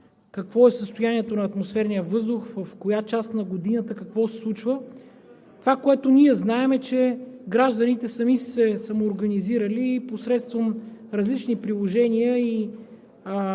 какво е състоянието на атмосферния въздух и в коя част на годината какво се случва. Това, което ние знаем, е, че гражданите, така да се каже, са се организирали и посредством различни приложения,